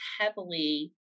heavily